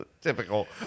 typical